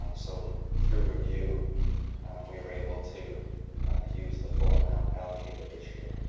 so through review we were able to use the full amount allocated this year